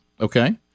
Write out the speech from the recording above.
okay